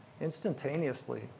instantaneously